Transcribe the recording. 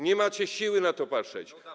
Nie macie siły na to patrzeć.